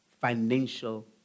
financial